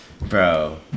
Bro